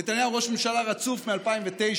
נתניהו ראש ממשלה רצוף מ-2009.